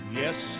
yes